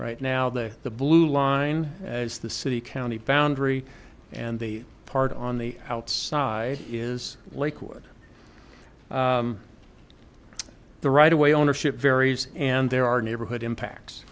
right now the the blue line as the city county boundary and the part on the outside is lakewood the right away ownership varies and there are neighborhood impacts